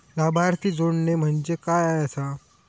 लाभार्थी जोडणे म्हणजे काय आसा?